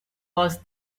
was